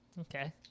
Okay